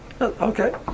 Okay